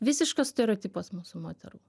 visiškas stereotipas mūsų moterų